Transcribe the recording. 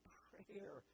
prayer